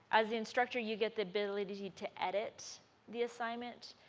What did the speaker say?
as the instructor you get the ability to edit the assignment,